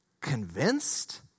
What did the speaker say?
convinced